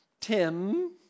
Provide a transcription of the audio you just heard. Tim